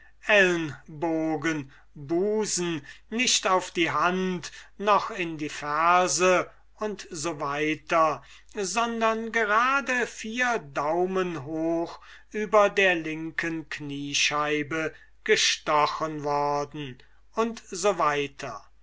ellnbogen busen nicht auf die hand noch in die ferse u s w sondern gerade vier daumen hoch über der linken kniescheibe gestochen worden u s w